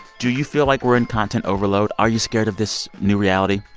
do you feel like we're in content overload? are you scared of this new reality?